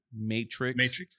matrix